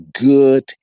good